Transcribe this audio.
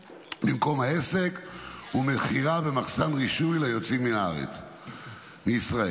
העסק ומכירה במחסן רישוי ליוצאים מן הארץ מישראל.